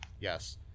yes